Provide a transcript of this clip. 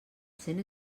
cent